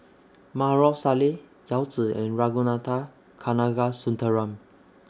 Maarof Salleh Yao Zi and Ragunathar Kanagasuntheram